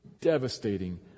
devastating